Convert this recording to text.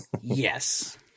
Yes